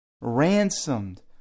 ransomed